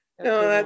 No